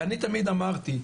ואני תמיד אמרתי,